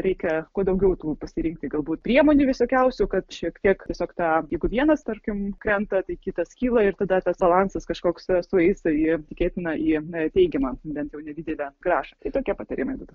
reikia kuo daugiau tų pasirinkti galbūt priemonių visokiausių kad šiek tiek tiesiog tą jeigu vienas tarkim krenta tai kitas kyla ir tada tas avansas kažkoks sueis į tikėtina į teigiamą bent jau nedidelę grąžą tai tokie patarimai būtų